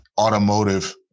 automotive